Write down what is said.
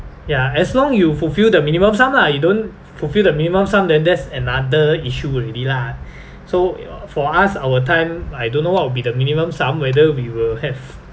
ya as long you fulfil the minimum sum lah you don't fulfill the minimum sum then that's another issue already lah so for us our time I don't know what will be the minimum sum whether we will have